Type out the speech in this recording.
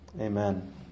Amen